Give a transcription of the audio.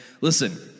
listen